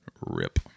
Rip